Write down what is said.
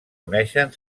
coneixen